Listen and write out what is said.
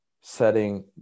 setting